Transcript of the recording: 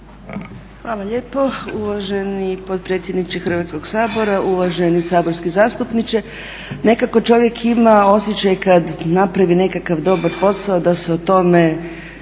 Hvala lijepo. Uvaženi potpredsjedniče Hrvatskog sabora, uvaženi saborski zastupniče. Nekako čovjek ima osjećaj kada napravi nekakav dobar posao da se o tome